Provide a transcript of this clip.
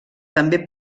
també